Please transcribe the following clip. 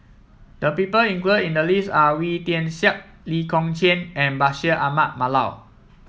the people included in the list are Wee Tian Siak Lee Kong Chian and Bashir Ahmad Mallal